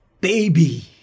baby